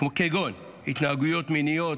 כגון התנהגויות מיניות,